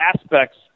aspects